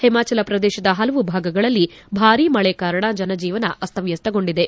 ಹಿಮಾಚಲ ಪ್ರದೇಶದ ಹಲವು ಭಾಗಗಳಲ್ಲಿ ಭಾರೀ ಮಳೆ ಕಾರಣ ಜನಜೀವನ ಅಸ್ತವ್ಯವಸ್ಥಗೊಂಡಿದೆ